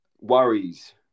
worries